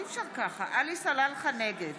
בעד יצחק פינדרוס, בעד שירלי פינטו קדוש, נגד